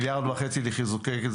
מיליארד וחצי לחיזוקי...